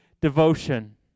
devotion